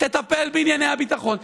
תטפל בענייני הביטחון,